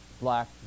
black